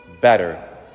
better